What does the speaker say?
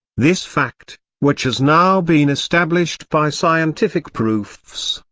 this fact, which has now been established by scientific proofs,